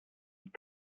sind